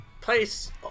Place